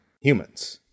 humans